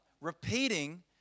repeating